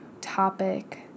topic